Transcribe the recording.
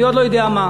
אני עוד לא יודע מה,